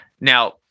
Now